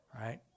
Right